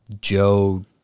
Joe